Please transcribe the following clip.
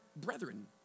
brethren